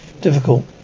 difficult